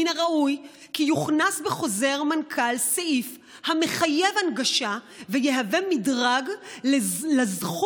מן הראוי כי יוכנס בחוזר מנכ"ל סעיף המחייב הנגשה ויהווה מדרג לזכות